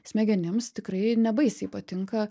smegenims tikrai ne baisiai patinka